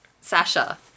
Sasha